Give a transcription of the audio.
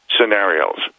scenarios